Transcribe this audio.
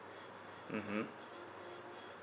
mmhmm